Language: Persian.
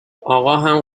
آقاهم